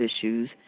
issues